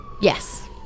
Yes